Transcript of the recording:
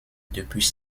depuis